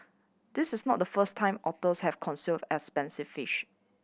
this is not the first time otters have consumed expensive fish